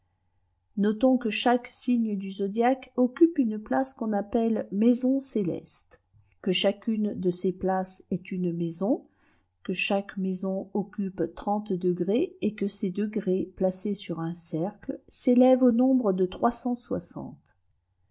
notons que chaque signe du zodiaque occupe une place qu'on appelle maison céleste que chacune de ces places est une maiison que chaque maison occupe trente degrés et que ces degrés placés sur un cercle s'élèvent au nombre de